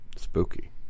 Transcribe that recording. Spooky